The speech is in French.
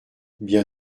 bien